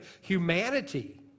humanity